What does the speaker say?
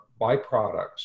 byproducts